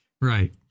Right